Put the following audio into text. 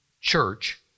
church